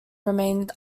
remained